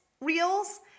Reels